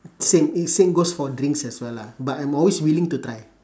same i~ same goes for drinks as well lah but I'm always willing to try